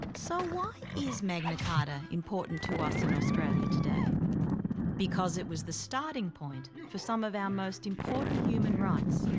so, why is magna carta important to us in australia today? ah because it was the starting point for some of our most important human rights.